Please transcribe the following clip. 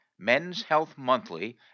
menshealthmonthly